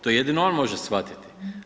To jedino on može shvatiti.